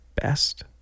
best